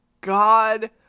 god